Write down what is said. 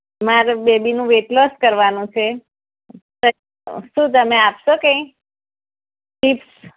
મારે બેબીનું weight loss કરવાનું છે તો એ શું તમે આપશો કંઈ